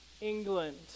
England